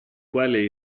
quale